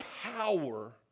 power